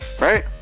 right